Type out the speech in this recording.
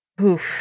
oof